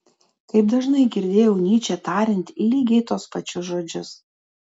kaip dažnai girdėjau nyčę tariant lygiai tuos pačius žodžius